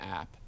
app